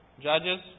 Judges